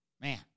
man